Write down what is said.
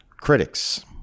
Critics